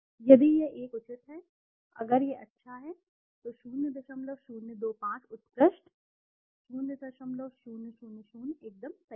यदि यह 1 उचित है अगर यह अच्छा है तो 0025 उत्कृष्ट 0000 एकदम सही है